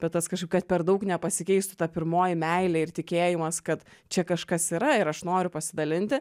bet tas kažkaip kad per daug nepasikeistų ta pirmoji meilė ir tikėjimas kad čia kažkas yra ir aš noriu pasidalinti